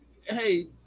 Hey